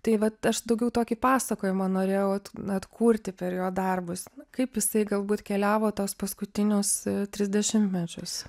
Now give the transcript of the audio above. tai vat aš daugiau tokį pasakojimą norėjau vat na atkurti per jo darbus kaip jisai galbūt keliavo tuos paskutinius tris dešimtmečius